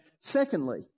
Secondly